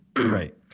Right